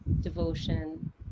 devotion